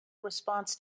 response